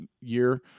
year